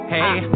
Hey